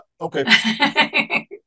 okay